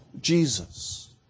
Jesus